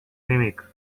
nimic